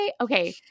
okay